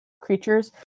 creatures